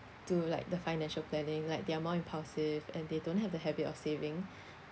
do like the financial planning like they're more impulsive and they don't have the habit of saving